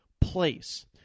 place